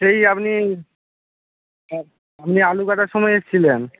সেই আপনি আপনি আলু কাটার সময় এসেছিলেন